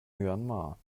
myanmar